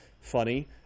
funny